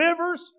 rivers